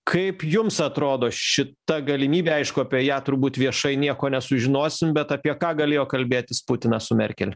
kaip jums atrodo šita galimybė aišku apie ją turbūt viešai nieko nesužinosim bet apie ką galėjo kalbėtis putinas su merkel